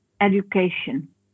education